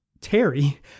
Terry